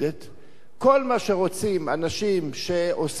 כל מה שרוצים אנשים שעושים את הדברים,